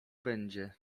będzie